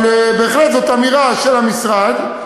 אבל בהחלט זאת אמירה של המשרד,